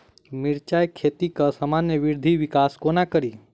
मिर्चा खेती केँ सामान्य वृद्धि विकास कोना करि?